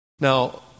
Now